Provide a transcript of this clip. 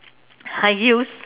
high heels